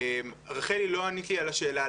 רחלי לא ענית לי על השאלה.